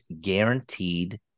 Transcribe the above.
guaranteed